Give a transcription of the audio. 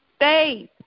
faith